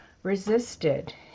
resisted